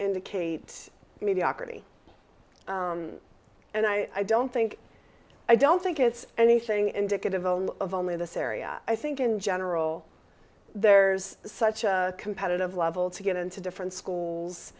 indicate mediocrity and i don't think i don't think it's anything indicative of only this area i think in general there's such a competitive level to get into different schools